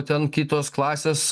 ten kitos klasės